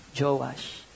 Joash